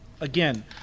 again